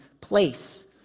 place